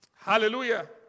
Hallelujah